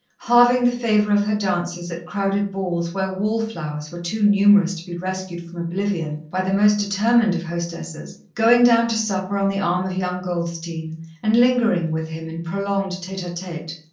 halving the favour of her dances at crowded balls where wall-flowers were too numerous to be rescued from oblivion by the most determined of hostesses, going down to supper on the arm of young goldstein and lingering with him in prolonged tete-a-tete.